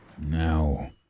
Now